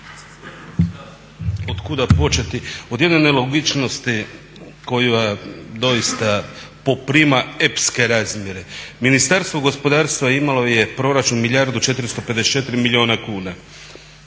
Otkuda početi? Od jedne nelogičnosti koja doista poprima epske razmjere. Ministarstvo gospodarstva imalo je proračun milijardu i 454 milijuna kuna.